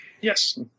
Yes